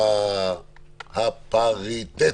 - הפריטטיות.